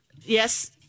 Yes